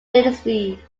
dynasty